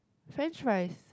french fries